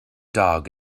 dog